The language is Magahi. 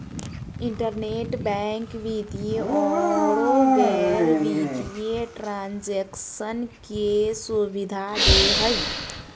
इंटरनेट बैंक वित्तीय औरो गैर वित्तीय ट्रांन्जेक्शन के सुबिधा दे हइ